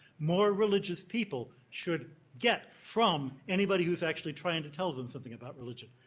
more religious people should get from anybody who's actually trying to tell them something about religion.